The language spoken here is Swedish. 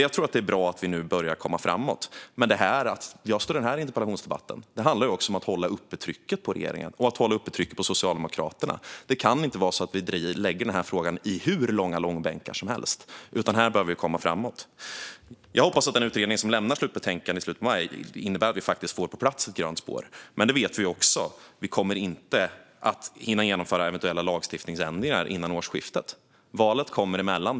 Jag tror att det är bra att vi nu börjar komma framåt, men att jag står här i interpellationsdebatten handlar om att hålla uppe trycket på regeringen och Socialdemokraterna. Det kan inte vara så att vi lägger frågan i hur långa långbänkar som helst. Här behöver vi komma framåt. Jag hoppas att den utredning som lämnar sitt slutbetänkande i slutet av maj innebär att vi får på plats ett grönt spår. Men vi vet att vi inte kommer att hinna genomföra eventuella lagstiftningsändringar innan årsskiftet. Valet kommer emellan.